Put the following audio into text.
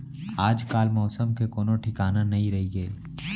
आजकाल मौसम के कोनों ठिकाना नइ रइगे